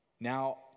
Now